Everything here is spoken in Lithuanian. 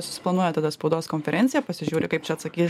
susiplanuoja tada spaudos konferenciją pasižiūri kaip čia atsakys